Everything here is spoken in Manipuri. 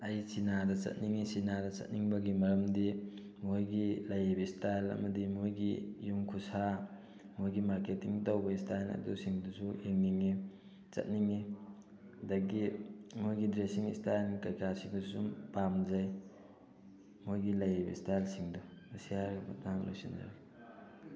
ꯑꯩ ꯆꯤꯅꯥꯗ ꯆꯠꯅꯤꯡꯉꯤ ꯆꯤꯅꯥꯗ ꯆꯠꯅꯤꯡꯕꯒꯤ ꯃꯔꯝꯗꯤ ꯃꯣꯏꯒꯤ ꯂꯩꯔꯤꯕ ꯏꯁꯇꯥꯏꯜ ꯑꯃꯗꯤ ꯃꯣꯏꯒꯤ ꯌꯨꯝ ꯈꯨꯁꯥ ꯃꯣꯏꯒꯤ ꯃꯥꯔꯀꯦꯠꯇꯤꯡ ꯇꯧꯕ ꯏꯁꯇꯥꯏꯜ ꯑꯗꯨꯁꯤꯡꯗꯨꯁꯨ ꯌꯦꯡꯅꯤꯡꯉꯤ ꯆꯠꯅꯤꯡꯉꯤ ꯑꯗꯒꯤ ꯃꯣꯏꯒꯤ ꯗ꯭ꯔꯦꯁꯤꯡ ꯏꯁꯇꯥꯏꯜ ꯀꯩꯀꯥꯁꯤꯁꯨ ꯁꯨꯝ ꯄꯥꯝꯖꯩ ꯃꯣꯏꯒꯤ ꯂꯩꯔꯤꯕ ꯏꯁꯇꯥꯏꯜꯁꯤꯡꯗꯣ ꯑꯁꯤ ꯍꯥꯏꯔꯒ ꯃꯇꯥꯡꯗ ꯂꯣꯏꯁꯟꯖꯔꯒꯦ